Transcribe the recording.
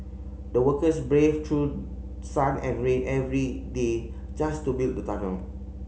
the workers braved through sun and rain every day just to build the tunnel